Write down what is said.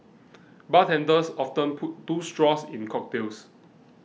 bartenders often put two straws in cocktails